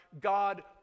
God